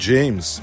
James